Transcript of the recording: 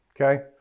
Okay